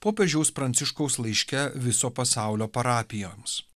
popiežiaus pranciškaus laiške viso pasaulio parapijoms